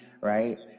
right